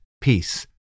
peace